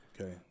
Okay